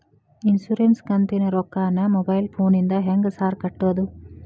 Insurance ಕಂತಿನ ರೊಕ್ಕನಾ mobile ಫೋನಿಂದ ಹೆಂಗ್ ಸಾರ್ ಕಟ್ಟದು?